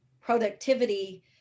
productivity